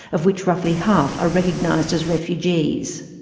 of which roughly half are recognised as refugees.